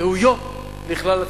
ראויות לכלל הציבור.